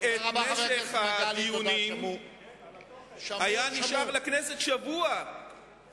אלמלא הארכתי את משך הדיונים היה נשאר לכנסת שבוע,